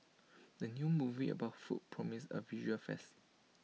the new movie about food promises A visual feast